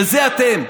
וזה אתם,